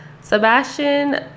Sebastian